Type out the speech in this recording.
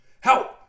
Help